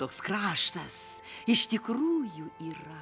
toks kraštas iš tikrųjų yra